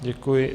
Děkuji.